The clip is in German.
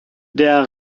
der